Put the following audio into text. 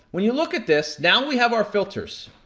when you look at this, now we have our filters.